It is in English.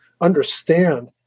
understand